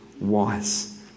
wise